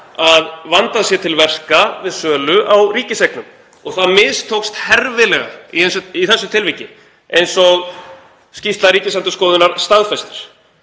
að vandað sé til verka við sölu á ríkiseignum. Það mistókst herfilega í þessu tilviki eins og skýrsla Ríkisendurskoðunar staðfestir.